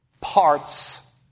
parts